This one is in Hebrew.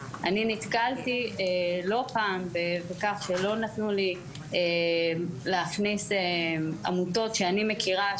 אני נתקלתי לא פעם בכך שלא נתנו לי להכניס עמותות שאני מכירה,